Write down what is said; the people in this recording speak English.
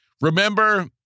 Remember